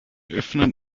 öffnen